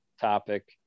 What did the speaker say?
topic